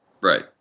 Right